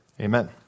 Amen